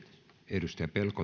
arvoisa